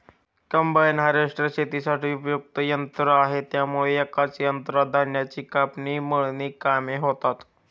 combine harvester शेतीसाठी उपयुक्त यंत्र आहे त्यामुळे एकाच यंत्रात धान्याची कापणी, मळणी कामे होतात